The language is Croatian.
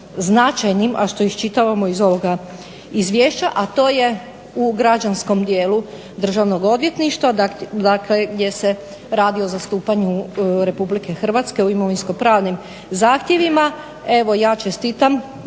značajnim, a što iščitavamo iz ovoga izvješća, a to je u građanskom dijelu državnog odvjetništva, dakle gdje se radi o zastupanju RH u imovinsko-pravnim zahtjevima. Evo ja čestitam